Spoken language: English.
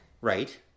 Right